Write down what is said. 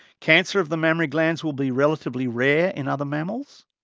cancer of the mammary glands will be relatively rare in other mammals,